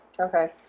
Okay